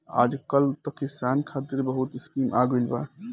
आजकल त किसान खतिर बहुत स्कीम आ गइल बा